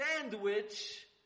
sandwich